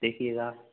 देखिएगा